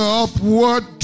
upward